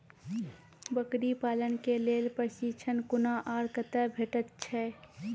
बकरी पालन के लेल प्रशिक्षण कूना आर कते भेटैत छै?